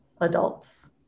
adults